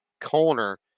Corner